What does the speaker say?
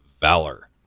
valor